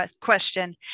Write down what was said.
question